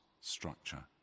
structure